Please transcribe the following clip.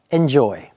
enjoy